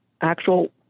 actual